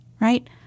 right